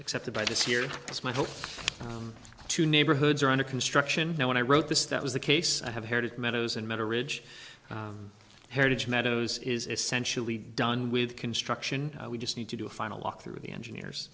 accepted by this year as my hope to neighborhoods are under construction now when i wrote this that was the case i have heard of meadows and met a ridge heritage meadows is essentially done with construction we just need to do a final walk through the engineers